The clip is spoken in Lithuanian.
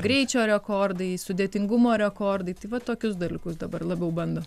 greičio rekordai sudėtingumo rekordai tai va tokius dalykus dabar labiau bando